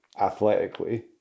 athletically